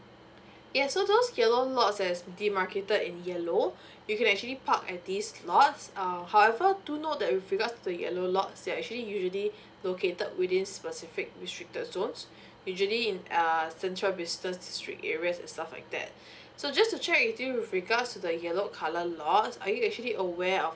yes so those yellow lots as the marketed in yellow you can actually park at this lots uh however do note that with regards to the yellow lots they're actually usually located within specific restricted zones usually in uh central business district areas and stuff like that so just to check with you with regards to the yellow colour lots are you actually aware of